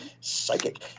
Psychic